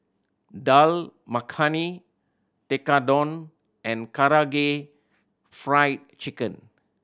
Dal Makhani Tekkadon and Karaage Fried Chicken